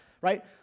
right